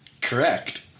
Correct